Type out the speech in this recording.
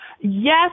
Yes